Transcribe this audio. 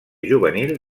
juvenil